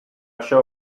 show